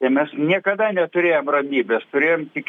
tai mes niekada neturėjom ramybės turėjom tik